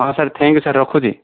ହଁ sir thank you sir ରଖୁଛି